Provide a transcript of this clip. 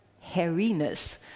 hairiness